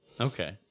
Okay